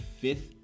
fifth